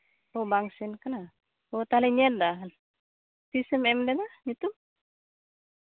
ᱚᱸᱻ ᱵᱟᱝ ᱥᱮᱱ ᱠᱟᱱᱟ ᱚ ᱛᱟᱦᱚᱞᱮᱧ ᱧᱮᱞᱮᱫᱟ ᱛᱤᱥ ᱮᱢ ᱞᱮᱫᱟ ᱧᱩᱛᱩᱢ